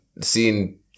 seeing